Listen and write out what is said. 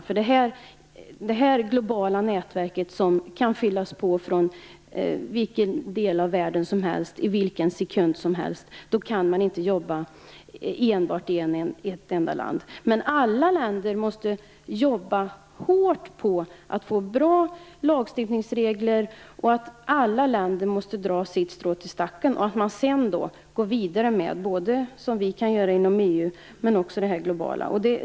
När man har det här globala nätverket, som kan fyllas på från vilken del av världen som helst i vilken sekund som helst, kan man inte jobba enbart i ett enda land. Alla länder måste jobba hårt för att få bra lagstiftningsregler, och alla måste dra sitt strå till stacken. Sedan måste man gå vidare, både inom EU och med det globala.